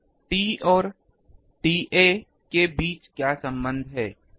अब t और TA के बीच क्या संबंध है